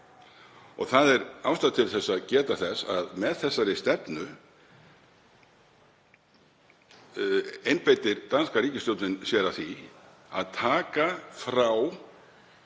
Er ástæða til að geta þess að með þessari stefnu einbeitir danska ríkisstjórnin sér að því að taka frá